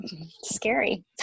scary